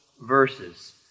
verses